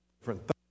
different